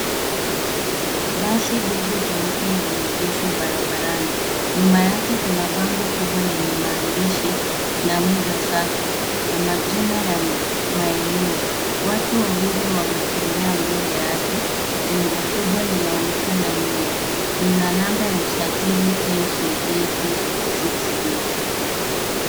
Basi dogo jeupe limeegeshwa barabarani. Nyuma yake kuna bango kubwa lenye maandishi Namuga Sacco na majina ya maeneo. Watu wawili wanatembea mbele yake. Jengo kubwa linaonekana nyuma. Lina namba ya usajili KCE 286V.